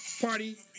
party